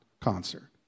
concert